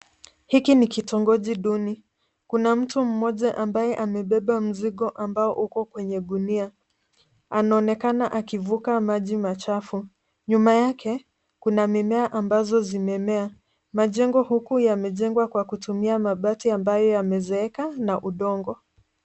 Hiki ni kitongoji duni. Kuna mtu mmoja ambaye amebeba mzigo ambao uko kwenye gunia. Anaonekana akivuka maji machafu. Nyuma yake kuna mimea ambazo zimemea. Majengo huku yamejengwa kwa kutumia mabati ambayo yamezeeka na udongo.